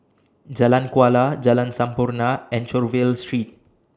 Jalan Kuala Jalan Sampurna and Anchorvale Street